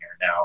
now